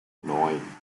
neun